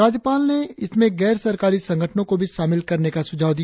राज्यपाल ने इसमें गैर सरकारी संगठनों को भी शामिल करने का सुझाव दिया